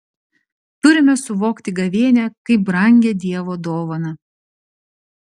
turime suvokti gavėnią kaip brangią dievo dovaną